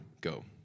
go